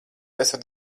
esat